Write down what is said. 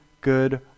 good